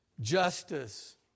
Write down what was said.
Justice